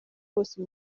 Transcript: bose